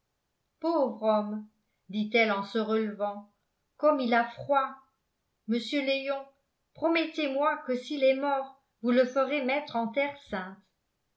dit-elle en se relevant comme il a froid monsieur léon promettez-moi que s'il est mort vous le ferez mettre en terre